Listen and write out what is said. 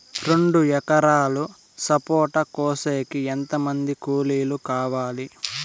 రెండు ఎకరాలు సపోట కోసేకి ఎంత మంది కూలీలు కావాలి?